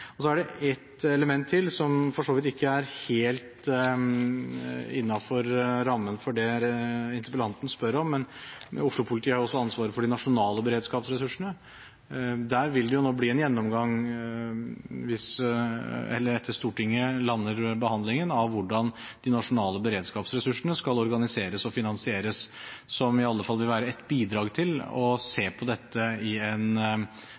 oppgaver. Så er det ett element til, som for så vidt ikke er helt innenfor rammen for det interpellanten spør om, men Oslo-politiet har også ansvar for de nasjonale beredskapsressursene. Der vil det nå bli en gjennomgang etter at Stortinget har landet behandlingen av hvordan de nasjonale beredskapsressursene skal organiseres og finansieres. Det vil i alle fall være et bidrag til å se på dette i en